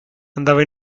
andava